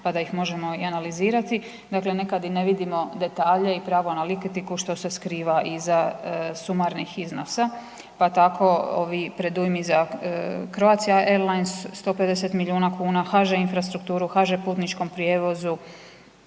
pa da ih možemo i analizirati, dakle nekad ne vidimo detalje i pravu analitiku što se skriva iza sumarnih iznosa pa tako ovi predujmi za Croatia airlines, 150 milijuna kuna, HŽ infrastrukturu, HŽ putničkom prijevozu